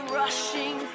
rushing